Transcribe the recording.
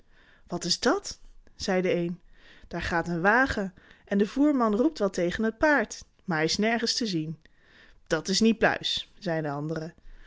wat is dàt zei de een daar gaat een wagen en de voerman roept wat tegen het paard en hij is nergens te zien dat is niet pluis zei de andere